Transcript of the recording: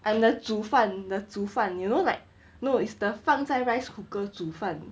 I'm the 煮饭 the 煮饭 you know like no is the 放在 rice cooker 煮饭